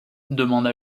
demanda